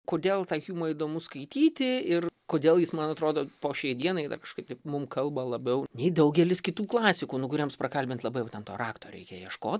kodėl tą hjumą įdomu skaityti ir kodėl jis man atrodo po šiai dienai dar kažkaip taip mum kalba labiau nei daugelis kitų klasikų nu kuriems prakalbint labai jau ten to rakto reikia ieškot